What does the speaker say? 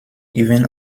even